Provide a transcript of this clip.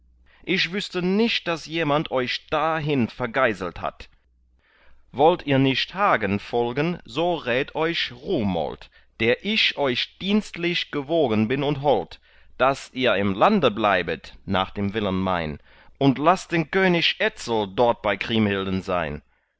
ich wüßte nicht daß jemand euch dahin vergeiselt hat wollt ihr nicht hagen folgen so rät euch rumold der ich euch dienstlich gewogen bin und hold daß ihr im lande bleibet nach dem willen mein und laßt den könig etzel dort bei kriemhilden sein